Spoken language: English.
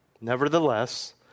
Nevertheless